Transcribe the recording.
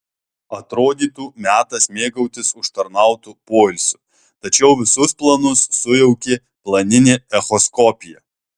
atrodytų metas mėgautis užtarnautu poilsiu tačiau visus planus sujaukė planinė echoskopija